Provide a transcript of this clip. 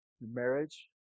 marriage